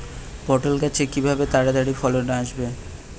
পটল গাছে কিভাবে তাড়াতাড়ি ফলন আসবে?